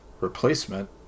replacement